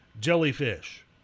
jellyfish